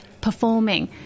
performing